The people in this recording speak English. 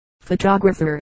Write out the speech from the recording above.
photographer